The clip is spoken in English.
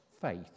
faith